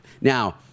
Now